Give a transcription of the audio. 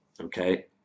Okay